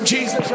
Jesus